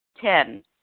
Ten